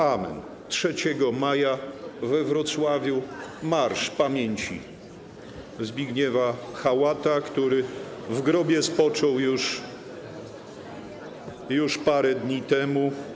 Amen. 3 maja we Wrocławiu marsz pamięci Zbigniewa Hałata, który w grobie spoczął już parę dni temu.